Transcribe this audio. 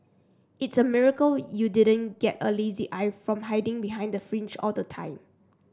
it's a miracle you didn't get a lazy eye from hiding behind the fringe all the time